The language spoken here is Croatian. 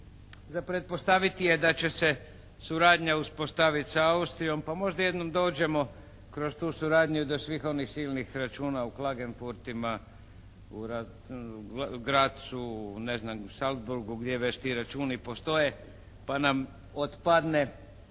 Za pretpostaviti je da će se suradnja uspostaviti sa Austrijom, pa možda jednom dođemo kroz tu suradnju i do svih onih silnih računa u klagenfurtima, u Grazu, ne znam u Salzburgu, gdje već ti računi postoje, pa nam otpadne